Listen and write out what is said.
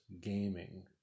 gaming